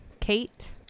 Kate